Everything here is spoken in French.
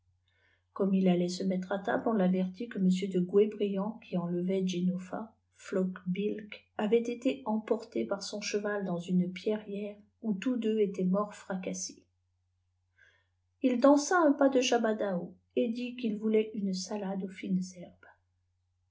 comme il allait se mettre à table on l'avertit que m de gwebrtant qui enlevait genofa floc'hilk avait été emporté par son cheval dans une pierrièrë où tous deux étaient morts fracassés il dansa un pas de jabadao et dit qu'il voulait une salade aux fines herbes